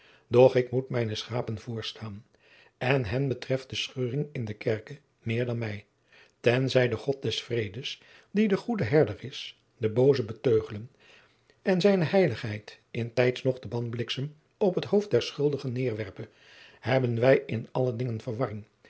doch ik moet mijne schapen voorstaan en hen treft de scheuring in de kerke meer dan mij ten zij de god des vredes die de goede herder is de boozen beteugele en zijne heiligheid in tijds nog den banbliksem op t hoofd der schuldigen nederwerpe hebben wij in alle dingen verwarring